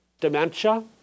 dementia